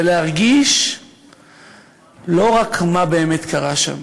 ולהרגיש לא רק מה באמת קרה שם,